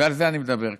ועל זה אני מדבר כאן: